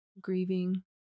grieving